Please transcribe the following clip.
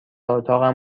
اتاقم